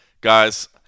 guys –